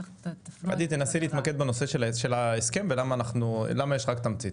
נסי להתמקד בנושא ההסכם, ולמה יש רק תמצית